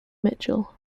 mitchell